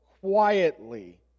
quietly